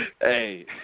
Hey